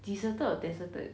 deserted or deserted